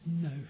No